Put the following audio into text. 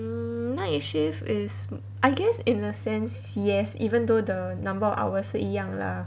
night shift is I guess in a sense yes even though the number of hours 是一样 lah